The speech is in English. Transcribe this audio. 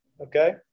okay